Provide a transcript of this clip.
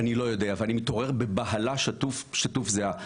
אני לא יודע, ואני מתעורר בבהלה שטוף זיעה.